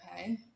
okay